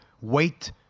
wait